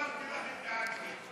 אמרתי לך את דעתי.